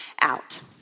out